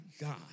god